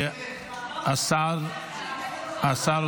השר לא